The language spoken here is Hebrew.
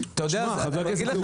חבר הכנסת טור פז,